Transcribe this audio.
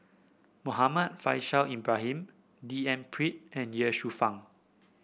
Muhammad Faishal Ibrahim D N Pritt and Ye Shufang